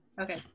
Okay